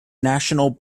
national